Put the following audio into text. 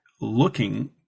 looking